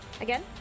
again